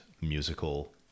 musical